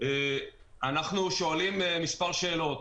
אנחנו שואלים מספר שאלות: